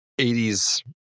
80s